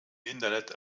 internet